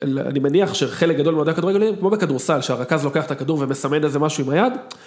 ‫אני מניח שחלק גדול ‫מאוהדי הכדורגל, כמו בכדורסל, ‫שהרכז לוקח את הכדור ‫ומסמן איזה משהו עם היד.